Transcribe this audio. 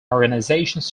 organizations